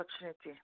opportunity